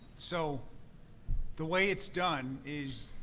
so the way it's done is,